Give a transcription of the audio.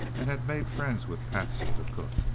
and had made friends with patsy, the cook.